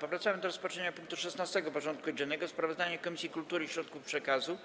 Powracamy do rozpatrzenia punktu 16. porządku dziennego: Sprawozdanie Komisji Kultury i Środków Przekazu